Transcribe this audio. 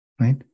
right